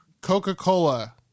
Coca-Cola